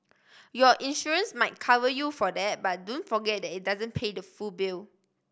your insurance might cover you for that but don't forget that it doesn't pay the full bill